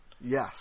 Yes